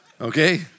okay